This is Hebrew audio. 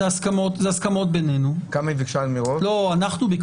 זה הסכמות בינינו, אנחנו ביקשנו.